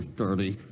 dirty